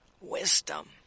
Wisdom